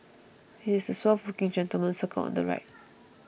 he is the suave looking gentleman circled on the right